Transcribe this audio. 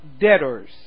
debtors